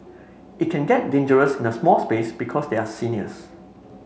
it can get dangerous in a small space because they are seniors